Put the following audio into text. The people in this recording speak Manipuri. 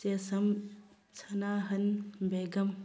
ꯆꯦꯁꯝ ꯁꯅꯥꯍꯟ ꯕꯦꯒꯝ